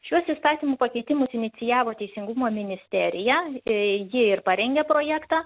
šiuos įstatymų pakeitimus inicijavo teisingumo ministerija ji ir parengė projektą